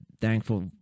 thankful